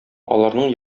аларның